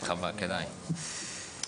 משרד הכלכלה איתנו?